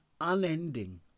unending